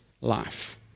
life